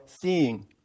seeing